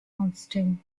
austin